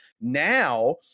Now